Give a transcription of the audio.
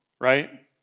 right